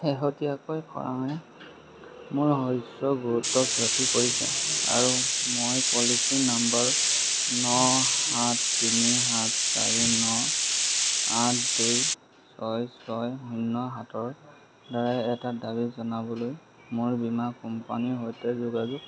শেহতীয়াকৈ খৰাঙে মোৰ শস্যৰ গুৰুতৰ ক্ষতি কৰিছে আৰু মই পলিচী নম্বৰ ন সাত তিনি সাত চাৰি ন আঠ দুই ছয় ছয় শূন্য সাতৰদ্বাৰাই এটা দাবী জনাবলৈ মোৰ বীমা কোম্পানীৰ সৈতে যোগাযোগ